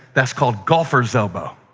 that's called golfer's elbow.